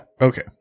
Okay